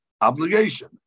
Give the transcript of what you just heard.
obligation